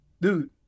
Dude